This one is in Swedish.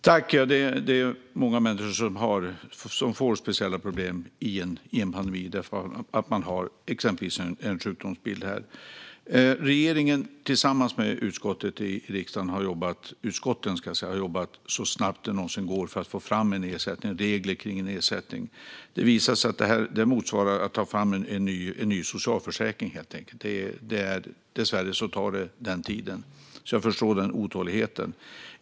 Herr talman! Många människor får speciella problem under en pandemi, exempelvis därför att man har en sjukdomsbild. Regeringen har, tillsammans med utskotten i riksdagen, jobbat så snabbt det någonsin gått för att få fram regler kring en ersättning. Det visar sig att detta motsvarar att ta fram en ny socialförsäkring, helt enkelt. Dessvärre tar det den tiden, så jag förstår otåligheten.